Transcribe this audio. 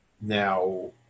Now